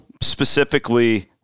specifically